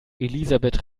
elisabeth